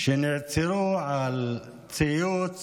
שנעצרו על ציוץ